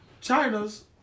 China's